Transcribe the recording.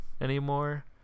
anymore